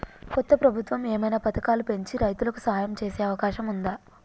కొత్త ప్రభుత్వం ఏమైనా పథకాలు పెంచి రైతులకు సాయం చేసే అవకాశం ఉందా?